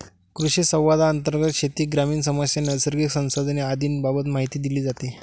कृषिसंवादांतर्गत शेती, ग्रामीण समस्या, नैसर्गिक संसाधने आदींबाबत माहिती दिली जाते